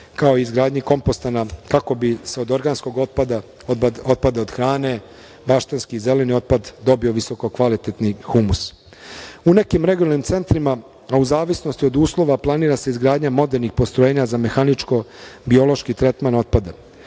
kao i izgradnji kompostana kako bi se od organskog otpada, otpada od hrane, baštenski, zeleni otpad, dobio visoko kvalitetni humus.U nekim regionalnim centrima, a u zavisnosti od uslova planira se izgradnja modernih postrojenja za mehaničko biološki tretman otpada